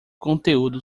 conteúdo